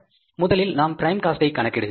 ஆக முதலில் நாம் பிரைம் காஸ்ட் ஐ கணக்கிடுகிறோம்